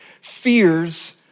fears